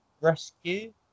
Rescue